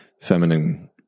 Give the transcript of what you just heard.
feminine